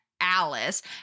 Alice